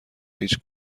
هیچ